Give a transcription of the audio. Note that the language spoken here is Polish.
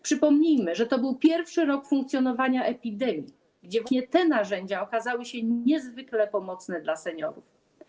Przypomnijmy, że to był pierwszy rok funkcjonowania epidemii, gdzie te narzędzia okazały się niezwykle pomocne dla seniorów.